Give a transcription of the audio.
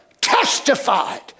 testified